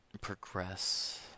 progress